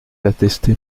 attesté